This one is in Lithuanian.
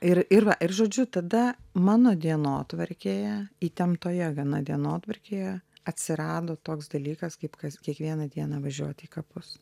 ir ir ir žodžiu tada mano dienotvarkėje įtemptoje gana dienotvarkėje atsirado toks dalykas kaip kas kiekvieną dieną važiuoti į kapus